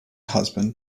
husband